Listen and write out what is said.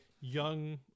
young